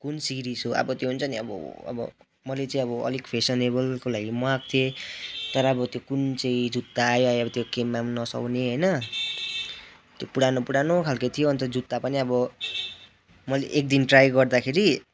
कुन सिरिज हो अब त्यो हुन्छ नि अब अब मैले चाहिँ अब अलिक फेसेनेबलको लागि मगाएको थिएँ तर अब त्यो कुन चाहिँ जुत्ता आयो आयो त्यो केहीमा पनि नसुहाउने होइन त्यो पुरानो पुरानो खाले थियो अन्त जुत्ता पनि अब मैले एक दिन ट्राई गर्दाखेरि